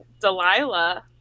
Delilah